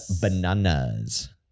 Bananas